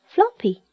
Floppy